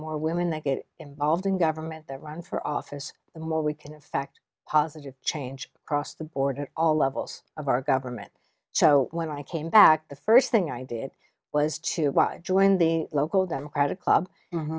more women that get involved in government that run for office the more we can effect positive change across the board all levels of our government so when i came back the first thing i did was to join the local democratic club